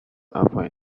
avoid